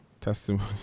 Testimony